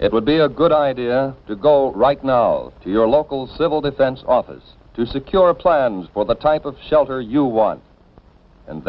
it would be a good idea to go right now to your local civil defense office to secure a plans for the type of shelter you want and